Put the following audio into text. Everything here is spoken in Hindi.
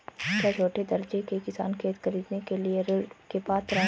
क्या छोटे दर्जे के किसान खेत खरीदने के लिए ऋृण के पात्र हैं?